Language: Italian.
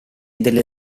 delle